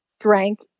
drank